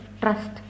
trust